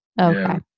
Okay